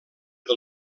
del